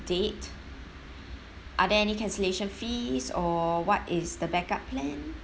date are there any cancellation fees or what is the backup plan